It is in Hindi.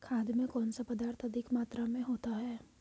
खाद में कौन सा पदार्थ अधिक मात्रा में होता है?